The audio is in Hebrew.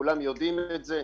כולם יודעים את זה,